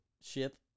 ship